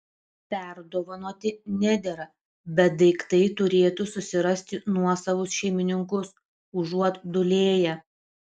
perdovanoti nedera bet daiktai turėtų susirasti nuosavus šeimininkus užuot dūlėję